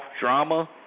drama